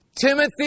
Timothy